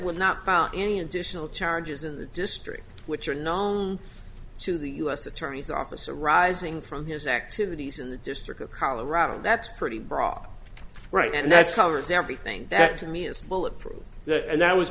were not found any additional charges in the district which are known to the u s attorney's office arising from his activities in the district of colorado that's pretty broad right and that's covers everything that to me is bulletproof that and that was